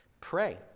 pray